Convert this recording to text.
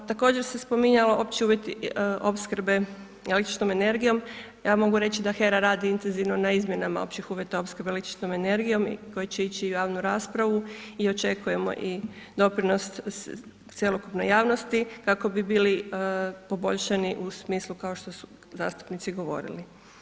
Također se spominjalo opći uvjeti opskrbe električnom energijom ja mogu reći da HERA radi intenzivno na izmjenama općih uvjeta opskrbom električnom energijom koje će ići u javnu raspravu i očekujemo i doprinos i cjelokupne javnosti kako bi bili poboljšani u smislu kao što su zastupnici govorili.